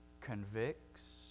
convicts